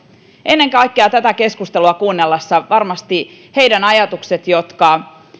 ennen kaikkea tätä keskustelua kuunnellessa varmasti heidän ajatuksensa jotka